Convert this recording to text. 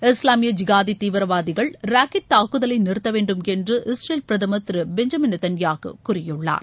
இஸ்லாமிய ஜிகாதி தீவிரவாதிகள் ராக்கெட் தாக்குதலை நிறுத்த வேண்டும் என்று இஸ்ரேல் பிரதமர் திரு பென்ஜமின் நேத்தயாகு கூறியுள்ளார்